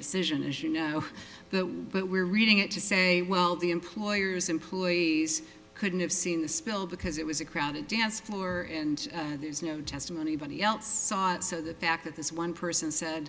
decision as you know that but we're reading it to say well the employer's employees couldn't have seen the spill because it was a crowded dance floor and there's no testimony by any else saw it so the fact that this one person said